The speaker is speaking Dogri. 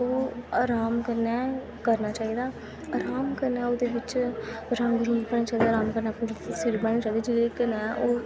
ओह् अराम कन्नै करना चाहिदा अराम कन्नै ओह्दे बिच्च रंग रुंग भरने चाहिदे अराम कन्नै पूरी तसबीर बनानी चाहिदी जेह्दे कन्नै ओह्